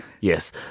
Yes